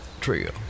Trio